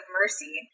mercy